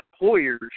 employers